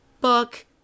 book